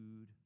food